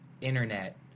internet